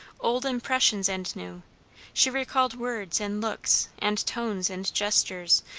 old impressions and new she recalled words and looks and tones and gestures,